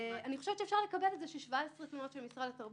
וגם מי שרוצה לקרוא יותר באריכות שלחנו לוועדה.